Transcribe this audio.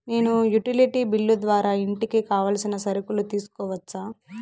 నేను utility bill ద్వారా ఇంటికి కావాల్సిన సరుకులు తీసుకోవచ్చా?